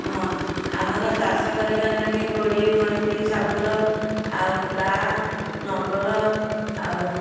ହଁ ଆମର ଚାଷ କରିବା ନାଗି କୋଡ଼ି ଗଇଁତି ଶାବୁଳ ଆଉ ଦାଆ ନଙ୍ଗଳ ଆଉ